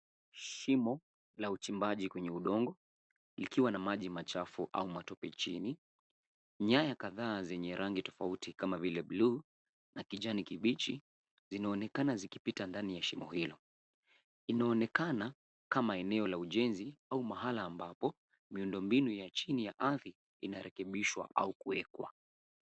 Shimo la uchimbaji kwenye udongo, likiwa na maji machafu, au matope chini. Nyaya kadhaa zenye rangi tofauti kama vile blue , na kijani kibichi, zinaonekana zikipita ndani ya shimo hili. Inaonekana kama eneo la ujenzi, au mahala ambapo miundo mbinu ya chini ya ardhi, inarekebishwa au kuwekwa.